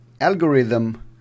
algorithm